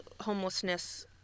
homelessness